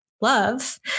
love